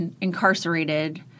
incarcerated